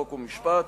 חוק ומשפט.